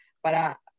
para